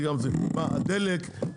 הדלק,